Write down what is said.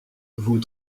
vous